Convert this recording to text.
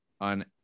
on